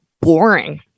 boring